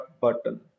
button